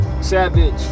savage